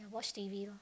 watch T_V lor